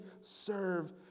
serve